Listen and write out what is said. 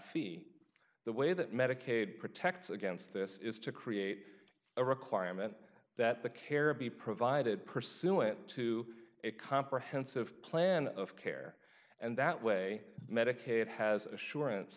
fee the way that medicaid protects against this is to create a requirement that the care be provided pursuant to a comprehensive plan of care and that way medicaid has assurance